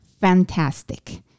fantastic